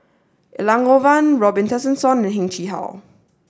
Elangovan Robin Tessensohn and Heng Chee How